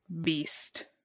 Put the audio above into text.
beast